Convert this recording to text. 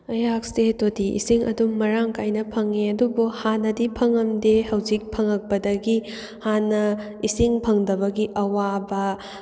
ꯑꯩꯍꯥꯛꯁꯦ ꯇꯣꯇꯤ ꯏꯁꯤꯡ ꯑꯗꯨꯝ ꯃꯔꯥꯡ ꯀꯥꯏꯅ ꯐꯪꯉꯤ ꯑꯗꯨꯕꯨ ꯍꯥꯟꯅꯗꯤ ꯐꯪꯉꯝꯗꯦ ꯍꯧꯖꯤꯛ ꯐꯪꯉꯛꯄꯗꯒꯤ ꯍꯥꯟꯅ ꯏꯁꯤꯡ ꯐꯪꯗꯕꯒꯤ ꯑꯋꯥꯕ